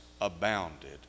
abounded